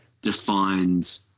defined